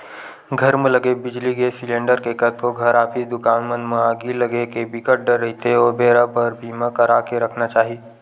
घर म लगे बिजली, गेस सिलेंडर ले कतको घर, ऑफिस, दुकान मन म आगी लगे के बिकट डर रहिथे ओ बेरा बर बीमा करा के रखना चाही